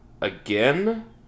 again